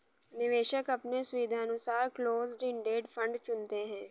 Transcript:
निवेशक अपने सुविधानुसार क्लोस्ड इंडेड फंड चुनते है